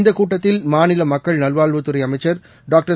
இந்த கூட்டத்தில் மாநில மக்கள் நல்வாழ்வுத்துறை அமைச்சர் டாக்டர்